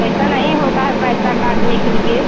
ऐसा नहीं होता है पैसा काटने के लिए